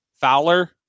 Fowler